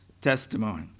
testimony